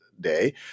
day